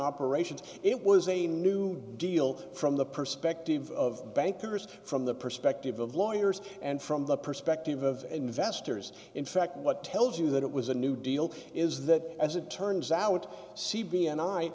operations it was a new deal from the perspective of bankers from the perspective of lawyers and from the perspective of investors in fact what tells you that it was a new deal is that as it turns out